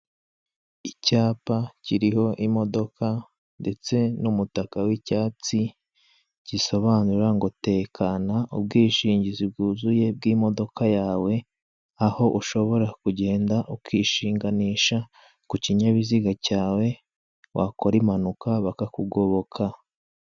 Icyapa kiriho imodoka ndetse n'umutaka w'icyatsi gisobanura ngo tekana ubwishingizi bwuzuye bw'imodoka yawe, aho ushobora kugenda ukishinganisha ku kinyabiziga cyawe wakora impanuka bakakugoboka.